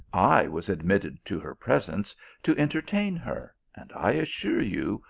i was admitted to her presence to entertain her, and i assure you,